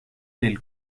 del